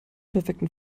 perfekten